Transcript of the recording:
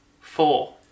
Four